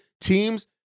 teams